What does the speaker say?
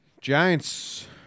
Giants